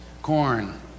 Corn